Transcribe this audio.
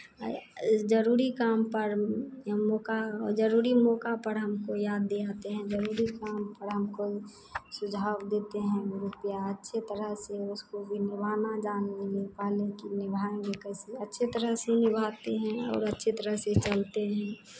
ज़रूरी काम पर या मौका और ज़रूरी मौका पर हमको याद दिलाते हैं ज़रूरी काम पर हमको सुझाव देते हैं रुपैया अच्छे तरह से उसको भी निभाना जानने में पहले की निभाएंगे कैसे अच्छे तरह से ही निभाते हैं और अच्छे तरह से चलते हैं